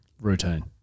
routine